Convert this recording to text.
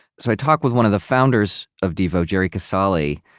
so i talked with one of the founders of devo, jerry casale,